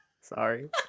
sorry